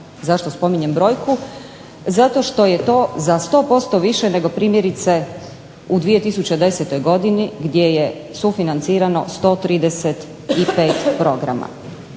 Zašto spominjem brojku? Zato što je to za 100% više nego primjerice u 2010. godini gdje je sufinancirano 135 programa.